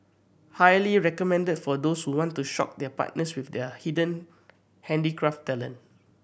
highly recommended for those who want to shock their partners with their hidden handicraft talent